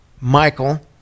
Michael